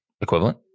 equivalent